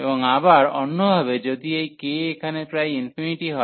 এবং আবার অন্য ভাবে যদি এই k এখানে প্রায় হয়